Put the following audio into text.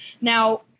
Now